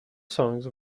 songs